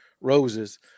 roses